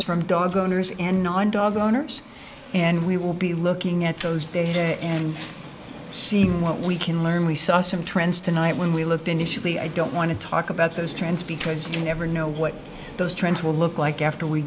a from dog owners and non dog owners and we will be looking at those data and seeing what we can learn we saw some trends tonight when we looked initially i don't want to talk about those trends because you never know what those trends will look like after we